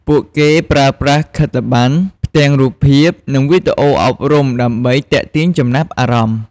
ពួកគេប្រើប្រាស់ខិត្តប័ណ្ណ ផ្ទាំងរូបភាព និងវីដេអូអប់រំ ដើម្បីទាក់ទាញចំណាប់អារម្មណ៍។